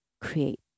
create